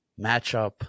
matchup